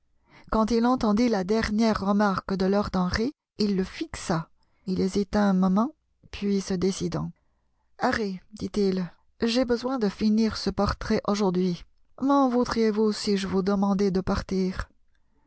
quand il entendit la dernière remarque de lord henry il le fixa il hésita un moment puis se décidant harry dit-il j'ai besoin de finir ce portrait aujourd'hui m'en voudriez-vous si je vous demandais de partir